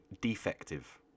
defective